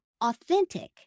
authentic